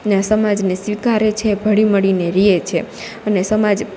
ને સમાજને સ્વીકારે છે ભળી મળીને રિયે છે અને સમાજ